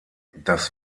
das